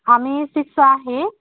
आम्ही सिक्स आहे